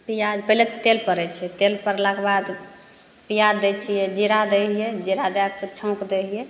पिआज पहिले तऽ तेल पड़ै छै तेल पड़लाके बाद पिआज दै छिए जीरा दै हिए जीरा दैके छौँकि दै हिए